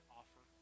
offer